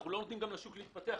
אנחנו לא נותנים לשוק להתפתח,